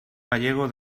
gallego